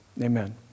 amen